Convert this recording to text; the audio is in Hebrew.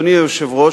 אדוני היושב-ראש,